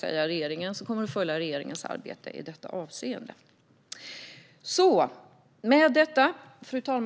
Vi emotser nu regeringens arbete i detta avseende och kommer att följa det.